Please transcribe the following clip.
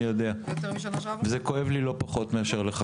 זה כואב לי לא פחות מלך.